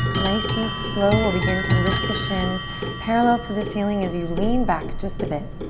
nice and slow we'll begin to lift the shins parallel to the ceiling as you lean back just a bit.